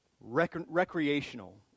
recreational